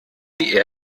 die